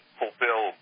fulfill